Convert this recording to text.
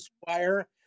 Squire